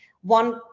One